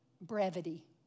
brevity